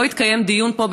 לא התקיים פה,